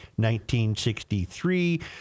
1963